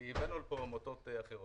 כי הבאנו לפה --- לא,